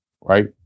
right